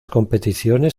competiciones